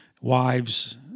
wives